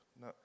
No